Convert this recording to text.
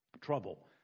trouble